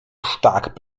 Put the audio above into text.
stark